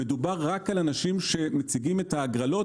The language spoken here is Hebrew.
מדובר רק על אנשים שמציגים את ההגרלות,